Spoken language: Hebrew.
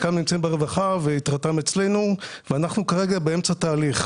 ואנחנו כרגע באמצע התהליך.